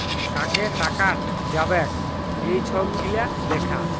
কাকে টাকাট যাবেক এই ছব গিলা দ্যাখা